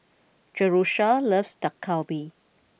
Jerusha loves Dak Galbi